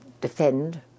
defend